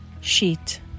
sheet